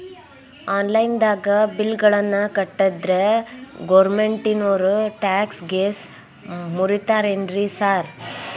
Online ದಾಗ bill ಗಳನ್ನಾ ಕಟ್ಟದ್ರೆ ಗೋರ್ಮೆಂಟಿನೋರ್ ಟ್ಯಾಕ್ಸ್ ಗೇಸ್ ಮುರೇತಾರೆನ್ರಿ ಸಾರ್?